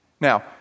Now